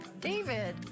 David